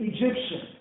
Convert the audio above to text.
Egyptian